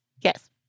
Yes